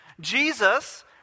Jesus